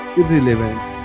irrelevant